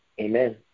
amen